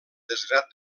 desgrat